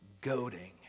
goading